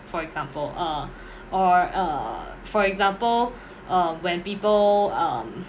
for example uh or uh for example uh when people um